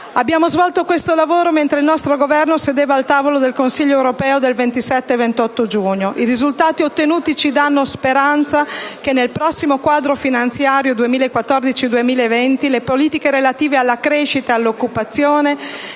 Abbiamo svolto questo lavoro mentre il nostro Governo sedeva al tavolo del Consiglio europeo del 27 e 28 giugno: i risultati ottenuti ci danno speranza che, nel prossimo Quadro finanziario 2014-2020, le politiche relative alla crescita e all'occupazione,